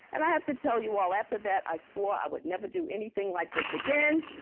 and i have to tell you all, after that, i swore i would never do anything like this again.